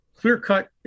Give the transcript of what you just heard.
clear-cut